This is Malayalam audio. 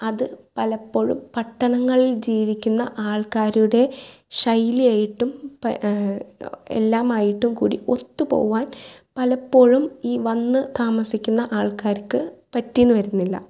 അത് പലപ്പോഴും പട്ടണങ്ങളിൽ ജീവിക്കുന്ന ആൾക്കാരുടെ ശൈലി ആയിട്ടും എല്ലാമായിട്ടും കൂടി ഒത്തുപോവാൻ പലപ്പോഴും ഈ വന്ന് താമസിക്കുന്ന ആൾക്കാര്ക്ക് പറ്റീന്ന് വരുന്നില്ല